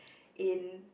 in